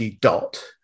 dot